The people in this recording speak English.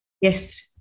Yes